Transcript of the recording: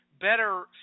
better